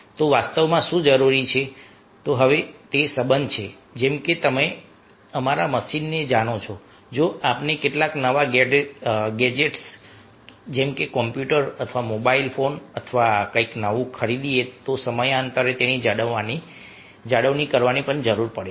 તો વાસ્તવમાં શું જરૂરી છે હવે તે સંબંધ છે જેમ કે તમે અમારા મશીનને જાણો છો જો આપણે કેટલાક નવા ગેજેટ્સ જેમ કે કોમ્પ્યુટર અથવા મોબાઈલ ફોન અથવા કંઈક નવું ખરીદીએ તો સમયાંતરે તેની જાળવણીની જરૂર હોય છે